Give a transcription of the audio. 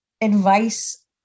advice